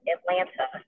Atlanta